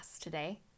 today